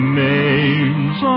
names